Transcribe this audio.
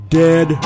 dead